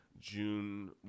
June